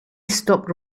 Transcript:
stopped